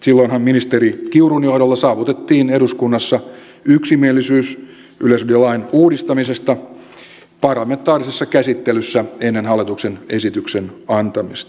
silloinhan ministeri kiurun johdolla saavutettiin eduskunnassa yksimielisyys yleisradiolain uudistamisesta parlamentaarisessa käsittelyssä ennen hallituksen esityksen antamista